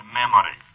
memory